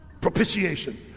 propitiation